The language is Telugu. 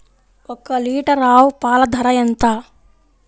ఒక్క లీటర్ ఆవు పాల ధర ఎంత?